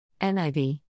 NIV